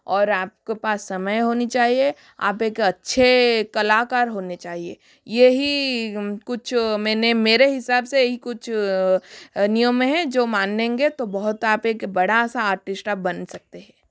और आपके पास समय होनी चाहिए आप एक अच्छे कलाकार होने चाहिए यही कुछ मैंने मेरे हिसाब से ही कुछ नियम है जो मानेंगे तो बहुत आप एक बड़ा सा आर्टिस्ट आप बन सकते है